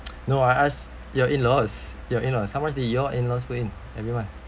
no I ask your in-laws your in-laws how much did your in-laws put in every month